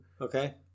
Okay